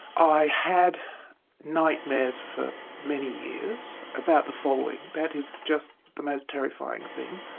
i had nightmares for many years about the following, that is just the most terrifying thing.